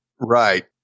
Right